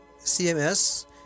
CMS